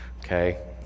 okay